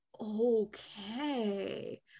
Okay